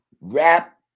rap